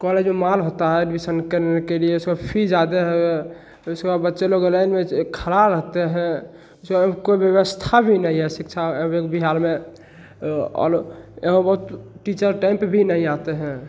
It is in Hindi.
कॉलेज में मार होता है एडमिसन करने के लिए उसका फी ज्यादा है और उसके बाद बच्चे लोग ये लाइन में ऐसे ही खड़े रहते हैं उसके बाद में कोई व्यवस्था भी नहीं है शिक्षा बिहार में और एहाँ बहुत टीचर टाइम पर भी नहीं आते हैं